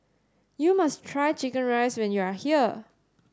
you must try chicken rice when you are here